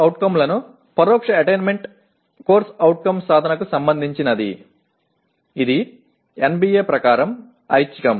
CO లను పరోక్ష attainment CO సాధనకు సంబంధించినది ఇది NBA ప్రకారం ఐచ్ఛికం